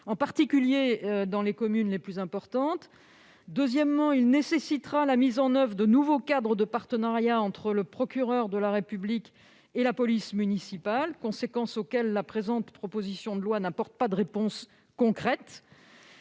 en particulier dans les communes les plus importantes, et nécessitera la mise en oeuvre de nouveaux cadres de partenariat entre le procureur de la République et la police municipale, conséquences auxquelles la présente proposition de loi n'apporte pas de réponse concrète.